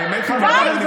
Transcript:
האמת היא, מירב,